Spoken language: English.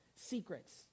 secrets